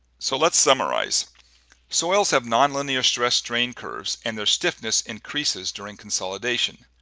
so let's summarize soils have nonlinear stress-strain curves and their stiffness increases during consolidation.